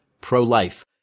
Pro-life